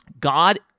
God